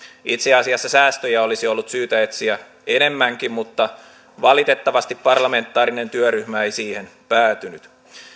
itse asiassa säästöjä olisi ollut syytä etsiä enemmänkin mutta valitettavasti parlamentaarinen työryhmä ei siihen päätynyt